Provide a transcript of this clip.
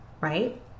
right